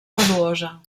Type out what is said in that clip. valuosa